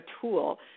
tool